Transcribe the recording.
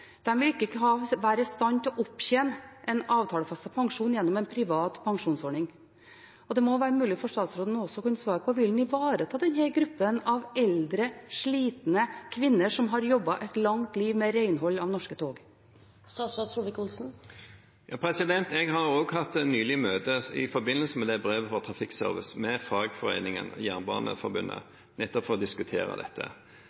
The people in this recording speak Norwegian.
ikke være i stand til å opptjene en avtalefestet pensjon gjennom en privat pensjonsordning. Det må være mulig for statsråden å kunne svare på om han vil ivareta denne gruppen av eldre, slitne kvinner som har jobbet et langt liv med renhold av norske tog. Jeg har nylig hatt møte med fagforeningen Norsk Jernbaneforbund i forbindelse med brevet vi fikk fra Trafikkservice,